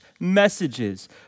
messages